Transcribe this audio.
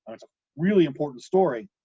and it's a really important story.